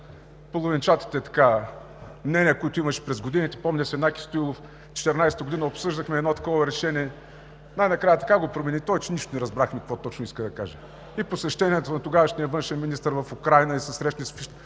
половинчатите мнения, които имаше през годините. Помня, с Янаки Стоилов през 2014 г. обсъждахме едно такова решение. Най-накрая той така го промени, че нищо не разбрахме какво точно иска да каже. И посещението на тогавашния външен министър в Украйна, и се срещна с